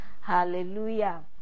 Hallelujah